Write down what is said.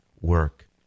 work